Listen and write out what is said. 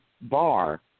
Bar